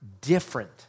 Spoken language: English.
different